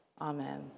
Amen